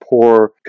poor